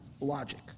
logic